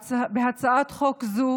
בהצעת חוק זו